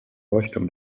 leuchtturm